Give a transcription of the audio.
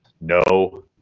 no